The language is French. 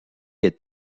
est